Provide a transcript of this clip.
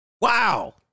Wow